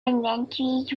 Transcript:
inventories